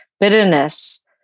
bitterness